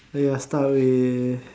ya start with